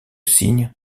signe